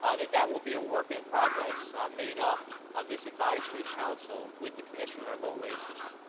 ah that that will be a work in progress, made up of this advisory council, with the commissioner of oasas.